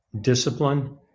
discipline